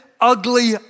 ugly